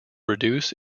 reduce